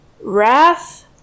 wrath